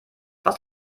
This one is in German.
was